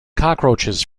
cockroaches